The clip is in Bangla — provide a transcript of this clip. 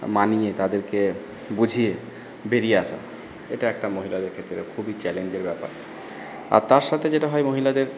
মানিয়ে তাদেরকে বুঝিয়ে বেরিয়ে আসা এটা একটা মহিলাদের ক্ষেত্রে খুবই চ্যালেঞ্জের ব্যাপার আর তার সাথে যেটা হয় মহিলাদের